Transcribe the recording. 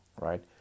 right